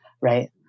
right